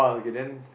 okay then